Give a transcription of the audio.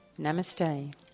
Namaste